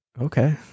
Okay